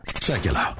Secular